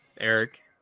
Eric